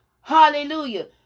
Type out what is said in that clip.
Hallelujah